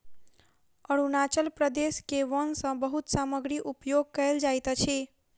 अरुणाचल प्रदेश के वन सॅ बहुत सामग्री उपयोग कयल जाइत अछि